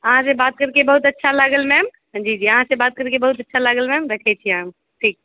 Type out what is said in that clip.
अहाँसॅं बात करिके बहुत अच्छा लागल मैम जी जी अहाँसँ बात करके बहुत अच्छा लागल मैम रखै छी हम ठीक